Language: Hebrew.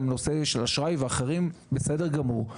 את הנושא של אשראי ואחרים בסדר גמור.